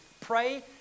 Pray